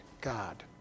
God